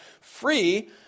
free